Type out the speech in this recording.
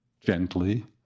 gently